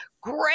Great